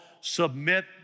Submit